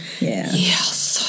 Yes